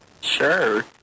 Sure